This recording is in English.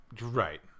right